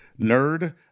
nerd